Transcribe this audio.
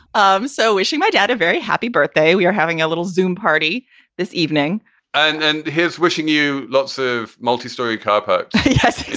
um so is she. my dad. a very happy birthday. we are having a little zoome party this evening and and his wishing you lots of multistorey car parks, yeah